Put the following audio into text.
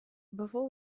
before